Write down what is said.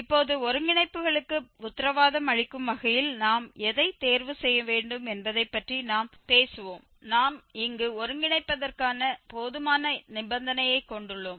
இப்போது ஒருங்கிணைப்புகளுக்கு உத்தரவாதம் அளிக்கும் வகையில் நாம் எதைத் தேர்வு செய்ய வேண்டும் என்பதைப் பற்றி நாம் பேசுவோம் நாம் இங்கு ஒருங்கிணைப்பதற்கான போதுமான நிபந்தனையைக் கொண்டுள்ளோம்